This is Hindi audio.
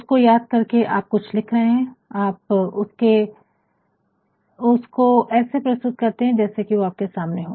उसको याद करके आप कुछ लिख रहे है आप उसको ऐसे प्रस्तुत करते है जैसे की वो आपके सामने हो